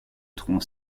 tronc